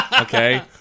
okay